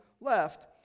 left